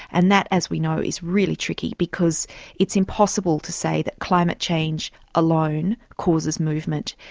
and that, as we know, is really tricky, because it's impossible to say that climate change alone causes movement.